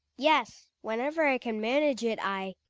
yes, whenever i can manage it i